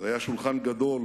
והיה שולחן גדול